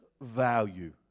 value